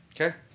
Okay